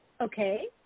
Okay